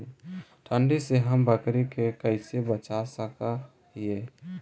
ठंडी से हम बकरी के कैसे बचा सक हिय?